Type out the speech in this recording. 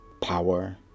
Power